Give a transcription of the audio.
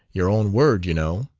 your own word, you know.